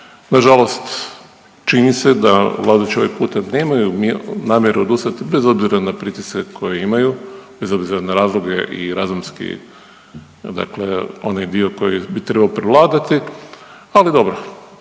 Na žalost čini se da vladajući ovaj puta nemaju namjeru odustati bez obzira na pritiske koje imaju, bez obzira na razloge i razumski, dakle onaj dio koji bi trebao prevladati ali dobro.